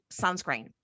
sunscreen